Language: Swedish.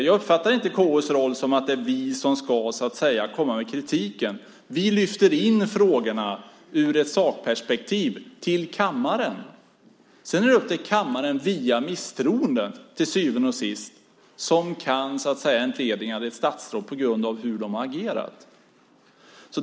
Jag uppfattar inte att KU:s roll är att vi i KU ska komma med kritik. Vi lyfter fram frågorna för kammaren, i ett sakperspektiv. Sedan är det upp till kammaren att till syvende och sist via ett misstroende entlediga ett statsråd på grund av hur statsrådet agerat.